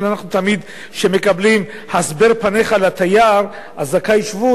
אבל אנחנו תמיד מקבלים ב"הסבר פניך לתייר" אז זכאי שבות,